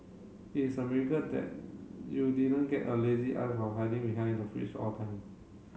it's a miracle that you didn't get a lazy eye from hiding behind the fringe all time